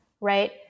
Right